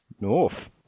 North